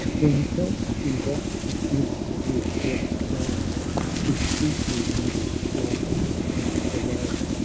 then felt she what it is to live, yet die to sweetly languish like a sound away,